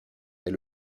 est